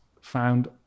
found